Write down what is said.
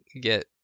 get